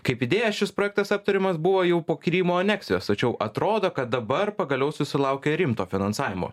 kaip idėja šis projektas aptariamas buvo jau po krymo aneksijos tačiau atrodo kad dabar pagaliau susilaukė rimto finansavimo